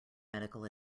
medical